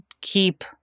keep